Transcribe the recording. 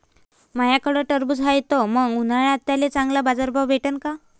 माह्याकडं टरबूज हाये त मंग उन्हाळ्यात त्याले चांगला बाजार भाव भेटन का?